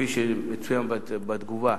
כפי שמצוין בתגובה,